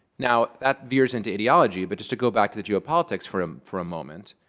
now, that veers into ideology. but just to go back to the geopolitics for um for a moment,